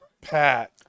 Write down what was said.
Pat